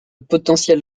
potentiel